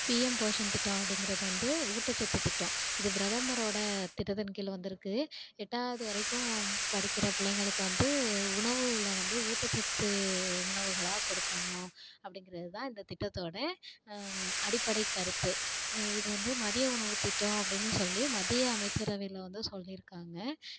PM Poshan திட்டம் அப்படிங்கிறது வந்து ஊட்டச்சத்து திட்டம் இது பிரதமரோட திட்டத்தின் கீழ் வந்துருக்கு எட்டாவது வரைக்கும் படிக்கிற பிள்ளைங்களுக்கு வந்து உணவில் வந்து ஊட்டச்சத்து உணவுகளாக கொடுக்கணும் அப்படிங்கிறதுதான் இந்த திட்டத்தோட அடிப்படை கருத்து இதுவந்து மதிய உணவு திட்டம் அப்படின்னு சொல்லி மத்திய அமைச்சரவையில வந்து சொல்லிருக்காங்கள்